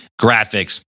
graphics